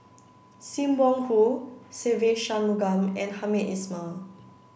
Sim Wong Hoo Se Ve Shanmugam and Hamed Ismail